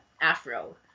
afro